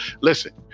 listen